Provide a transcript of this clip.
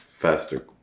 faster